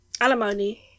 alimony